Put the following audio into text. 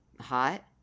hot